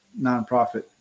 nonprofit